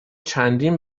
چندین